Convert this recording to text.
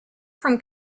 from